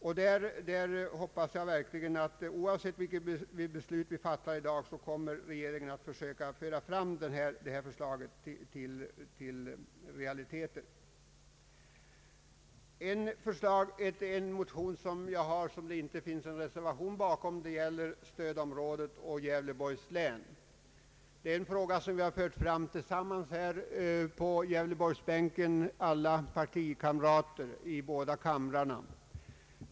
Jag hoppas att regeringen, oavsett vilket beslut som fattas i dag, söker föra fram detta förslag till realitet; En motion som jag har väckt och som inte föranlett någon reservation gäller stödområdet och Gävleborgs län. Det är ett förslag som jag tillsammans med partikamrater på Gävleborgsbänken i båda kamrarna fört fram.